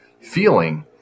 feeling